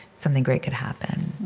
something great could happen